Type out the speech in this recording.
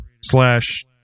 slash